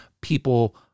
people